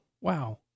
Wow